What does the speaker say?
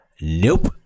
Nope